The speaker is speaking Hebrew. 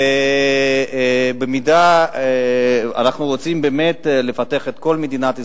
אם אנחנו רוצים באמת לפתח את כל מדינת ישראל,